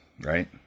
right